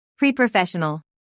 pre-professional